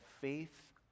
faith